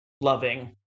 loving